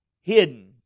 hidden